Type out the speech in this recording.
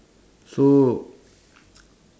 so